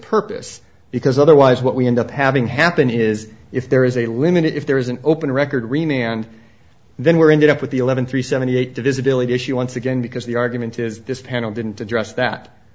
purpose because otherwise what we end up having happen is if there is a limit if there is an open record reaming and then we're ended up with the eleven three seventy eight divisibility issue once again because the argument is this panel didn't address that